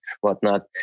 whatnot